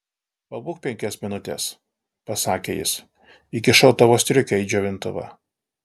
pabūk penkias minutes pasakė jis įkišau tavo striukę į džiovintuvą